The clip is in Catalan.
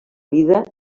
vida